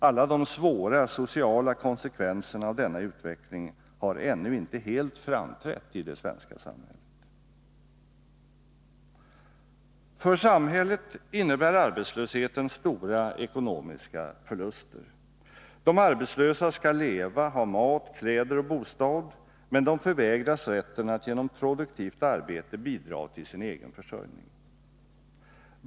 Alla de svåra sociala konsekvenserna av denna utveckling har ännu inte helt framträtt i det svenska samhället. För samhället innebär arbetslösheten stora ekonomiska förluster. De arbetslösa skall leva, ha mat, kläder och bostad, men de förvägras rätten att genom produktivt arbete bidra till sin egen försörjning.